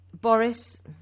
Boris